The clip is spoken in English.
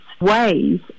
ways